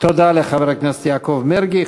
תודה לחבר הכנסת יעקב מרגי.